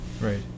Right